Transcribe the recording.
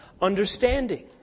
understanding